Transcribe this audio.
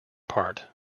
part